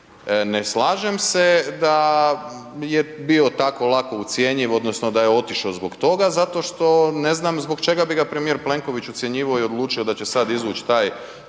ne slažem se da je bio tako lako ucjenjiv odnosno da je otišao zbog toga zato što ne znam zbog čega bi ga premijer Plenković ucjenjivao i odlučio da će sada izvuć taj